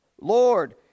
lord